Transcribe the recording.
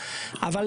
אבל,